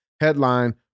headline